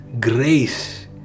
grace